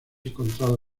encontrado